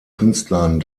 künstlern